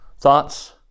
Thoughts